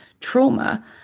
trauma